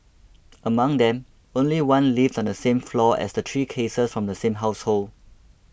among them only one lived on the same floor as the three cases from the same household